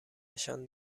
نشان